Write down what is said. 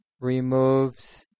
removes